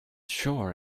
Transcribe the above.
sure